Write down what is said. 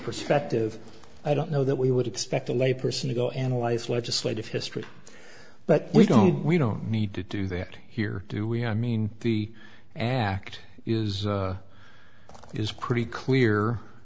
perspective i don't know that we would expect a lay person to go analyze legislative history but we don't we don't need to do that here do we i mean the an act is is pretty clear